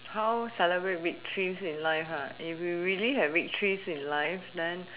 how celebrate victories in life if we really have victories in life then